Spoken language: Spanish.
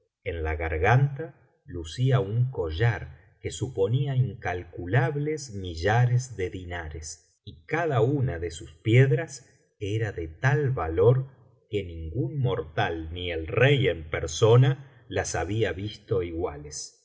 en la garganta lucía un collar que suponía incalculables millares ele dinares y cada una de sus piedras era de tal valor que ningún mortal ni el rey en persona las había visto iguales